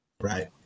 Right